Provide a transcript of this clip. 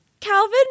Calvin